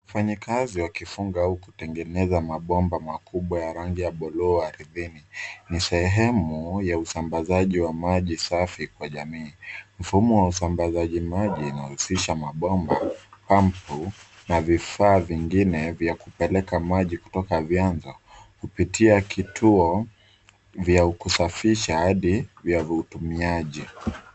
Wafanyikazi wakifunga au kutengeneza mabomba makubwa ya rangi ya bluu ardhini. Ni sehemu ya usambazaji wa maji safi kwa jamii . Mfumo wa usambazaji maji unahusisha mabomba, pampu, na vifaa vingine vya kupeleka maji kutoka vyanzo kupitia kituo vya kusafisha hadi vya utumiaji.